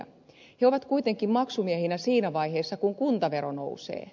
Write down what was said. he ovat kuitenkin maksumiehinä siinä vaiheessa kun kuntavero nousee